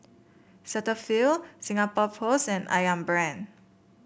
Cetaphil Singapore Post and ayam Brand